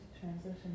transition